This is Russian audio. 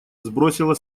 сбросила